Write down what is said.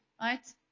right